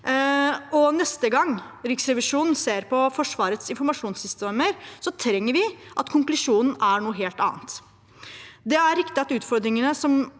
Neste gang Riksrevisjonen ser på Forsvarets informasjonssystemer, trenger vi at konklusjonen er en helt annen. Det er riktig at utfordringene som